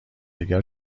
دیگر